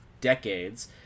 decades